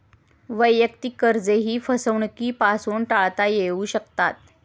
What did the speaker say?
वैयक्तिक कर्जेही फसवणुकीपासून टाळता येऊ शकतात